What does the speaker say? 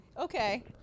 okay